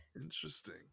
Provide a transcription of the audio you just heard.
interesting